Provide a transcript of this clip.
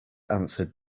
answered